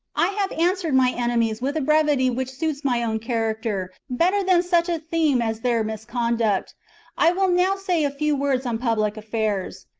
i have answered my enemies with a brevity which suits my own character better than such a theme as their misconduct i will now say a few words on public affairs.